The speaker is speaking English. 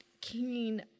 keen